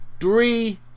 three